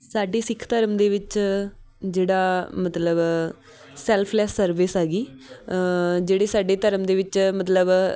ਸਾਡੇ ਸਿੱਖ ਧਰਮ ਦੇ ਵਿੱਚ ਜਿਹੜਾ ਮਤਲਬ ਸੈਲਫਲੈਸ ਸਰਵਿਸ ਹੈਗੀ ਜਿਹੜੇ ਸਾਡੇ ਧਰਮ ਦੇ ਵਿੱਚ ਮਤਲਬ